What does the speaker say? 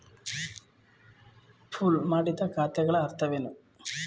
Pool ಮಾಡಿದ ಖಾತೆಗಳ ಅರ್ಥವೇನು?